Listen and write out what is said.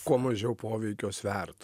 kuo mažiau poveikių svertų